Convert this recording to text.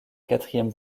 quatrième